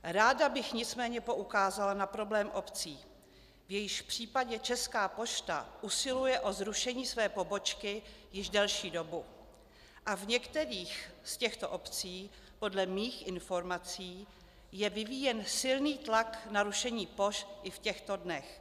Ráda bych nicméně poukázala na problém obcí, v jejichž případě Česká pošta usiluje o zrušení své pobočky již delší dobu, a v některých z těchto obcí podle mých informací je vyvíjen silný tlak na rušení pošt i v těchto dnech.